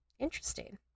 interesting